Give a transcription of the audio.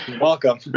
welcome